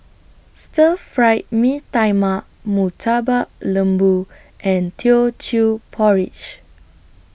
Stir Fried Mee Tai Mak Murtabak Lembu and Teochew Porridge